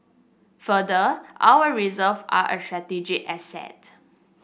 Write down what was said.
further our reserve are a strategic asset